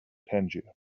tangier